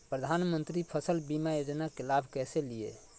प्रधानमंत्री फसल बीमा योजना के लाभ कैसे लिये?